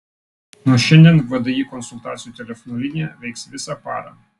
nuo šiandien vdi konsultacijų telefonu linija veiks visą parą